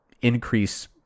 increase